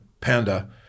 panda